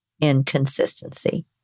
inconsistency